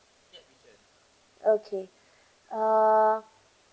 okay uh